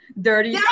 Dirty